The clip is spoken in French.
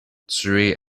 tué